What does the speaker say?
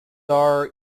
are